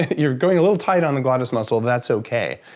you're going a little tight on the glottis muscle and that's okay.